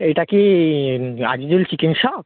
এইটা কি chicken shop